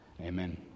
Amen